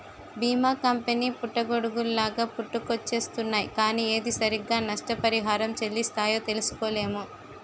బీమా కంపెనీ పుట్టగొడుగుల్లాగా పుట్టుకొచ్చేస్తున్నాయ్ కానీ ఏది సరిగ్గా నష్టపరిహారం చెల్లిస్తాయో తెలుసుకోలేము